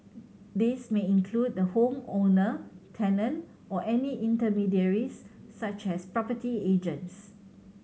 this may include the home owner tenant or any intermediaries such as property agents